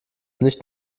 nicht